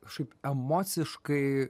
kažkaip emociškai